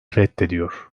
reddediyor